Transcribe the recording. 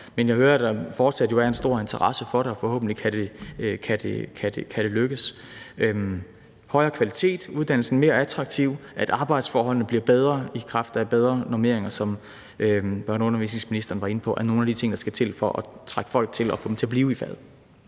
Men jeg hører, at der jo fortsat er en stor interesse for det, og forhåbentlig kan det lykkes. Højere kvalitet, at gøre uddannelsen mere attraktiv, og at arbejdsforholdene bliver bedre i kraft af bedre normeringer, som børne- og undervisningsministeren var inde på, er nogle af de ting, der skal til for at trække folk til og få dem til at blive i faget.